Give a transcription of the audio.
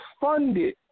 funded